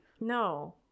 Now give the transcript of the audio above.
no